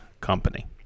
Company